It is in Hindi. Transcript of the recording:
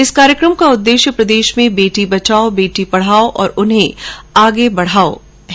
इस कार्यक्रम का उद्देश्य प्रदेश में बेटी बचाओ बेटी पढ़ाओ और उन्हें आगे बढ़ाओ रहा